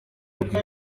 rugwiro